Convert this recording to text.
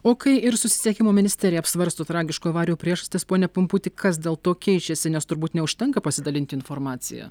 o kai ir susisiekimo ministerija apsvarsto tragiškų avarijų priežastis pone pumputi kas dėl to keičiasi nes turbūt neužtenka pasidalinti informacija